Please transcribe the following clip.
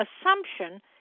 assumption